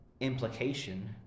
implication